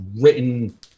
written